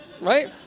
Right